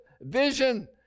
vision